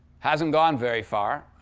hasn't gone very far.